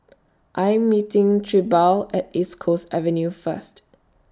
I Am meeting Trilby At East Coast Avenue First